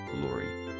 glory